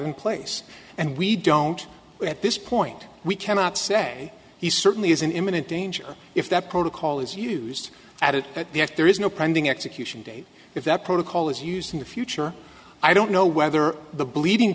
in place and we don't we at this point we cannot say he certainly is in imminent danger if that protocol is used at that the act there is no priming execution date if that protocol is used in the future i don't know whether the bleeding